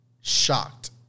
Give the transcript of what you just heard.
Shocked